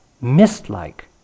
mist-like